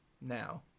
now